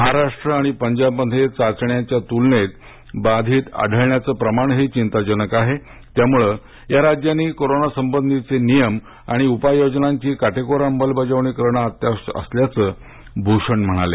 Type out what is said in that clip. महाराष्ट्र आणि पंजाबमध्ये चाचण्यांच्या तुलनेत बाधित आढळण्याचे प्रमाणही चिंताजनक आहे त्यामुळे या राज्यांनी कोरोना संबधीचे नियम आणि उपाय योजनांची काटेकोर अंमलबजावणी करणे अत्यावश्यक असल्याचे भूषण म्हणाले